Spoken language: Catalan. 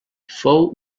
fou